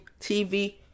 TV